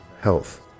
health